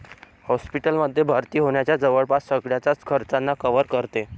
hospital मध्ये भर्ती होण्याच्या जवळपास सगळ्याच खर्चांना कव्हर करते